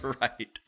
Right